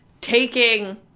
taking